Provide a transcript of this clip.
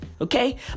okay